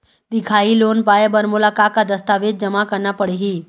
दिखाही लोन पाए बर मोला का का दस्तावेज जमा करना पड़ही?